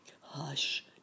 Hush